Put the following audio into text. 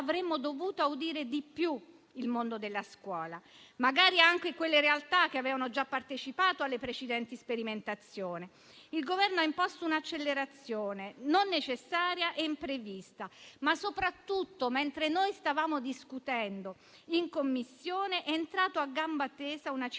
avremmo dovuto audire di più il mondo della scuola, magari anche quelle realtà che avevano già partecipato alle precedenti sperimentazioni. Il Governo ha imposto un'accelerazione, non necessaria e imprevista. Soprattutto, mentre noi stavamo discutendo in Commissione, è entrato a gamba tesa, nel dibattito